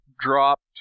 dropped